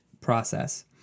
Process